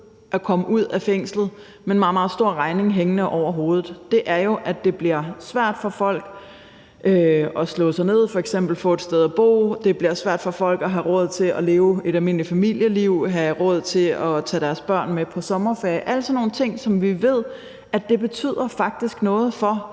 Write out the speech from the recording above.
at komme ud af fængslet med en meget, meget stor regning hængende over hovedet er jo, at det bliver svært for folk at slå sig ned og f.eks. få et sted at bo. Det bliver svært for folk at have råd til at leve et almindeligt familieliv og at have råd til at tage deres børn med på sommerferie – alle sådan nogle ting, som vi ved faktisk betyder noget for,